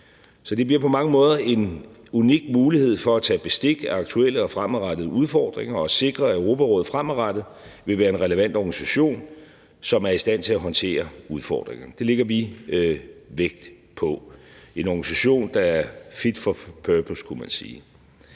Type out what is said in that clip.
Så det bliver på mange måder en unik mulighed for at tage bestik af aktuelle og fremadrettede udfordringer og sikre, at Europarådet fremadrettet vil være en relevant organisation, som er i stand til at håndtere udfordringerne – det lægger vi vægt på – altså en organisation, der er fit for purpose, kunne man sige.